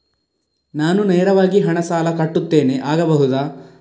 ನಾನು ನೇರವಾಗಿ ಹಣ ಸಾಲ ಕಟ್ಟುತ್ತೇನೆ ಆಗಬಹುದ?